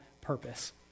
purpose